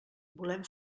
volem